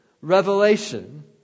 revelation